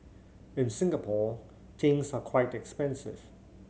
in Singapore things are quite expensive